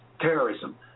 terrorism